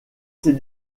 ses